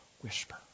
whisper